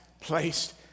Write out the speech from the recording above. placed